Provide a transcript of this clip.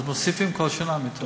אז מוסיפים כל שנה מיטות.